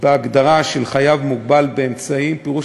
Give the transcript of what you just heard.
בהגדרה של "חייב מוגבל באמצעים" פירוש